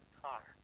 car